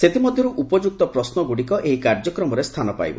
ସେଥିମଧ୍ୟରୁ ଉପଯୁକ୍ତ ପ୍ରଶ୍ନଗୁଡ଼ିକ ଏହି କାର୍ଯ୍ୟକ୍ରମରେ ସ୍ଥାନ ପାଇବ